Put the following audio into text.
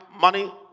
money